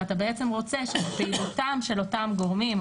אתה רוצה שפעילותם של אותם גורמים,